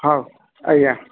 ହଉ ଆଜ୍ଞା